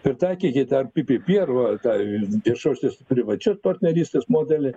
pritaikykit ar pi pi pi arba tą viešosios privačios partnerystės modelį